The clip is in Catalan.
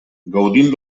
gaudint